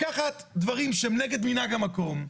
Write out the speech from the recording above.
לקחת דברים שהם נגד מנהג המקום,